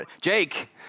Jake